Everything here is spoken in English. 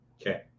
Okay